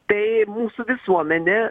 tai mūsų visuomenė